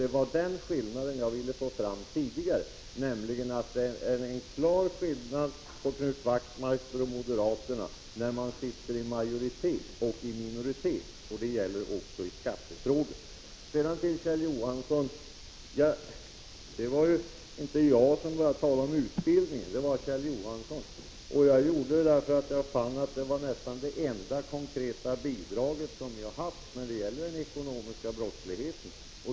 Det var det jag ville få fram tidigare, nämligen att det är en klar skillnad på vad Knut Wachtmeister och moderaterna anser när de är i majoritetsställning och när de tillhör minoriteten. Det gäller. också i skattefrågor. Det var inte jag som började tala om utbildningen, det var Kjell Johansson. Jag tog upp det därför att jag funnit att utbildning var nästan det enda konkreta bidrag som ni har haft när det gäller bekämpningen av den ekonomiska brottsligheten.